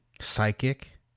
psychic